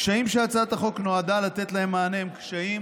הקשיים שהצעת החוק נועדה לתת להם מענה הם קשיים